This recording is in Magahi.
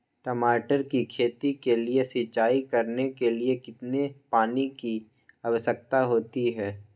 टमाटर की खेती के लिए सिंचाई करने के लिए कितने पानी की आवश्यकता होती है?